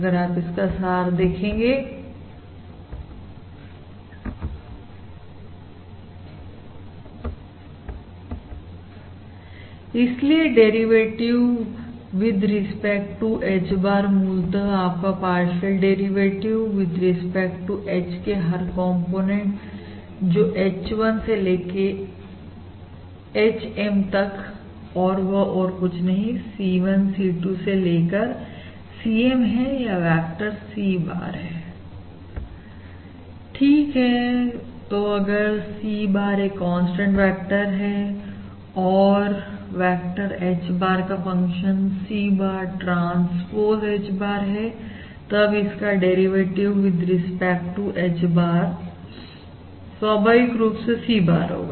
अगर आप का सार देखेंगे इसलिए derivative with respect to H bar मूलतः आपका partial derivative with respect to H के हर कॉम्पोनेंट जो है H1 से लेकर HM तक और वह और कुछ नहीं C1 C2 से लेकर CM है या वेक्टर C bar है ठीक है तो अगर C bar एक कांस्टेंट वेक्टर है और वेक्टर H bar का function C bar transpose H bar है तब इसका derivative with respect to Hbar स्वाभाविक रूप से C bar होगा